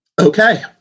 okay